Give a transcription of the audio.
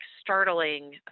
startling